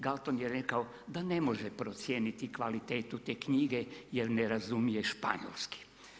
Galton je rekao da ne može procijeniti kvalitetu te knjige jer ne razumije španjolski.